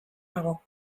nago